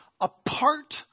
Apart